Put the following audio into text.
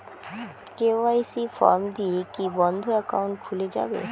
KYC form দিয়ে কি বন্ধ একাউন্ট খুলে যাবে?